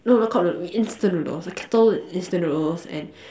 no not cup noodles instant noodles a kettle instant noodles and